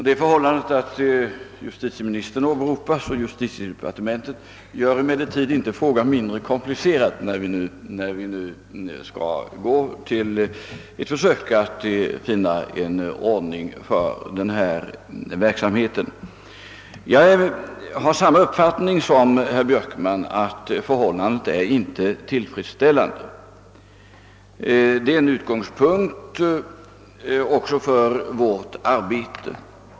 Den omständigheten att justitieministern och =<:justitiedepartementet åberopas i sammanhanget gör emellertid inte frågan mindre komplicrad när vi nu skall försöka finna en ordning för verksamheten. Jag har samma uppfattning som herr Björkman, att förhållandena inte är tillfredsställande. Detta är utgångspunkten också för vårt arbete.